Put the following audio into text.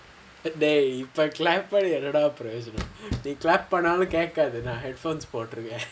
dey இப்போ:ippo clap பண்ணி என்ன:panni enna dah புரோஜனம் நீ:purojanam nee clap பண்ணாலும் கேட்க்காது நான்:pannaalum kedkkaathu naan headphones போட்டுருக்கேன்:potturukkaen